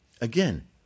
Again